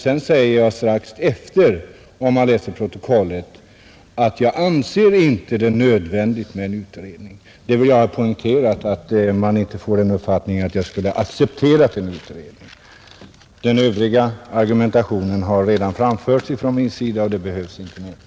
Strax därefter sade jag, vilket framgår av protokollet, att jag inte anser det nödvändigt med en utredning. Jag vill poängtera detta för att ingen skall få uppfattningen att jag skulle acceptera en utredning. Den övriga argumentationen har jag redan framfört, och den behöver inte upprepas.